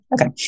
Okay